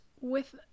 with-